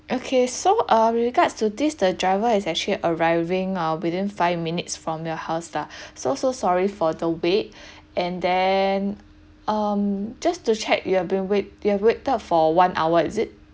okay so uh regards to this the driver is actually arriving err within five minutes from your house lah so so sorry for the wait and then um just to check you have been wait you have wait there for one hour is it